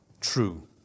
true